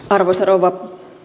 arvoisa rouva